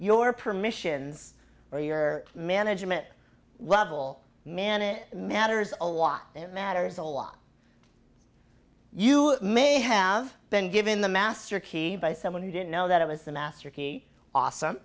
your permissions are your management level man it matters a lot and it matters a lot you may have been given the master key by someone who didn't know that it was the master key awesome